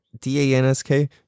D-A-N-S-K